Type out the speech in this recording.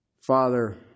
Father